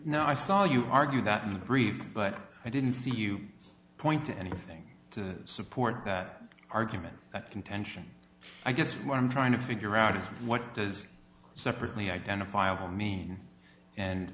now i saw you argue that in the brief but i didn't see you point to anything to support that argument that contention i guess what i'm trying to figure out is what does separately identifiable mean and